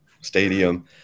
stadium